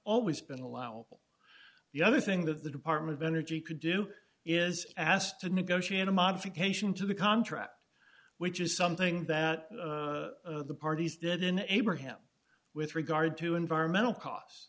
always been allowable the other thing that the department of energy could do is asked to negotiate a modification to the contract which is something that the parties didn't abraham with regard to environmental cos